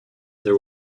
there